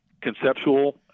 conceptual